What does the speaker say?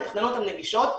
לתכנן אותן נגישות.